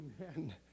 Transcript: Amen